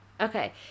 Okay